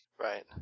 Right